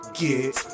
get